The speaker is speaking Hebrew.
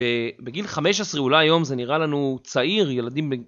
בגיל 15, אולי היום זה נראה לנו צעיר, ילדים...